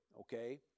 okay